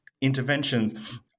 interventions